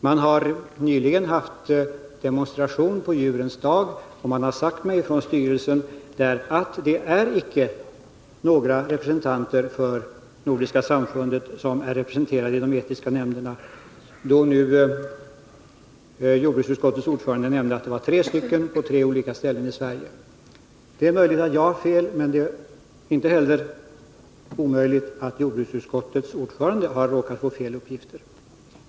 Man har nyligen haft en demonstration på Djurens dag, och det har i samband därmed sagts mig från styrelsen att Nordiska samfundet icke har några egna representanter i de etiska nämnderna. Jag nämner detta eftersom jordbruksutskottets ordförande sade att det var tre representanter på tre olika ställen i Sverige. Det är möjligt att jag har fel, men det är ju inte omöjligt att jordbruksutskottets ordförande har råkat få fel uppgifter.